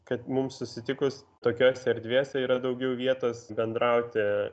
kad mums susitikus tokiose erdvėse yra daugiau vietos bendrauti